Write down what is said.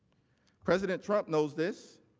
president trump knows this.